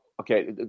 okay